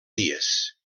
dies